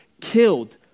killed